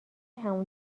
همون